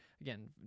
Again